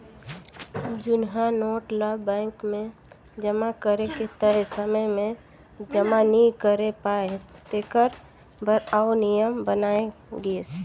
जुनहा नोट ल बेंक मे जमा करे के तय समे में जमा नी करे पाए तेकर बर आउ नियम बनाय गिस